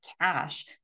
cash